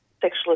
sexual